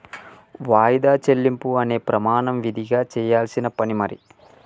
వాయిదా చెల్లింపు అనే ప్రమాణం విదిగా చెయ్యాల్సిన పని మరి